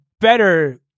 better